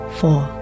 four